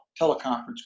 teleconference